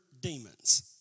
demons